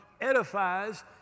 edifies